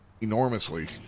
enormously